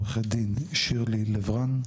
עורכת דין שירי לב רן,